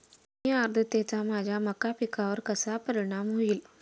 कमी आर्द्रतेचा माझ्या मका पिकावर कसा परिणाम होईल?